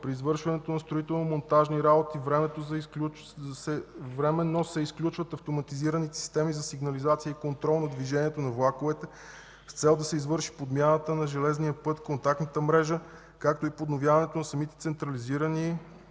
При извършването на строително-монтажни работи временно се изключват автоматизираните системи за сигнализация и контрол на движението на влаковете, с цел да се извърши подмяната на железния път, контактната мрежа, както и подновяването на самите централизации